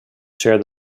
share